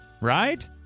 Right